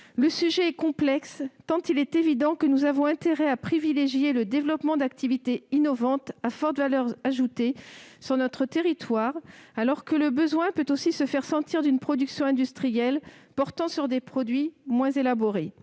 Le sujet est complexe, tant il est évident que nous avons intérêt à privilégier le développement d'activités innovantes à forte valeur ajoutée sur notre territoire, alors que le besoin peut aussi se faire sentir d'une production industrielle portant sur des produits moins élaborés.